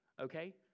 okay